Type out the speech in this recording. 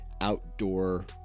outdoor